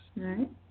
right